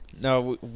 No